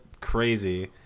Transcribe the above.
crazy